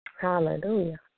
Hallelujah